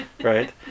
right